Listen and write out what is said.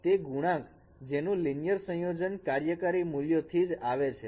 તે ગુણાંક જેનું લિનિયર સંયોજન કાર્યકારી મૂલ્યથી જ આવે છે